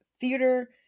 theater